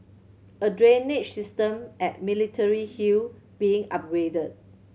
a drainage system at Military Hill being upgraded